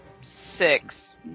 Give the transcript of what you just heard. six